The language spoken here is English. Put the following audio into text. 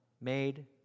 made